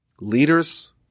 Leaders